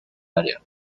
área